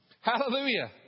Hallelujah